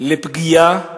בפגיעה